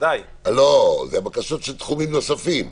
לא, זה הבקשות של תחומים נוספים.